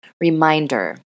reminder